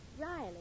Riley